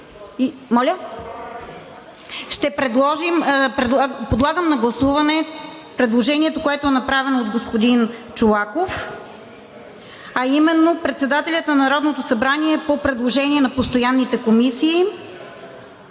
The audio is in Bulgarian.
реплики.) Подлагам на гласуване предложението, което е направено от господин Чолаков, а именно: „Председателят на Народното събрание по предложение на постоянните комисии